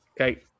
Okay